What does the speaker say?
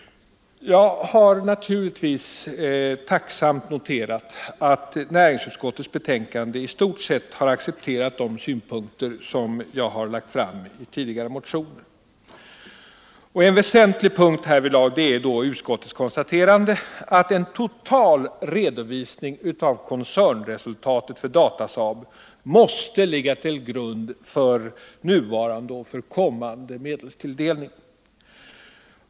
Jag har naturligtvis tacksamt noterat att näringsutskottet i detta betänkande i stort sett har accepterat de synpunkter som jag har lagt fram i tidigare motioner. En väsentlig punkt härvidlag är utskottets konstaterande att en total redovisning av koncernresultatet för Datasaab måste ligga till grund för nuvarande och kommande medelstilldelning.